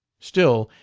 still,